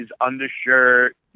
undershirt